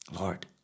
Lord